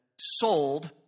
sold